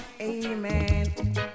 amen